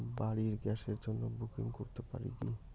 বাড়ির গ্যাসের জন্য বুকিং করতে পারি কি?